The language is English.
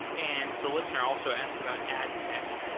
and the listener also asked about adtech,